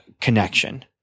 connection